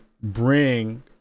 bring